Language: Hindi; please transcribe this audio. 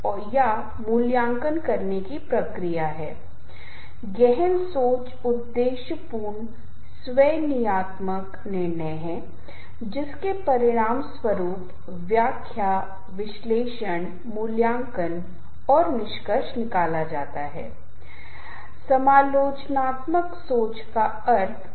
इसलिए आज का ध्यान प्रस्तुतियों के संदर्भ में शुरू करने के लिए ध्वनि की आवश्यकता या ध्वनि की प्रासंगिकता के साथ शुरू होता है लेकिन बाद में हम संगीत को एक संचार चैनल के रूप में देखते हैं और इसे थोड़ा आगे बढ़ाते हैं क्योंकि मुझे यकीन है कि मेरे जाने के बाद आप में से कुछ ने महसूस किया है कि इसका दिलचस्प तरीके से फायदा उठाया जा सकता है